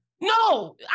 No